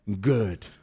good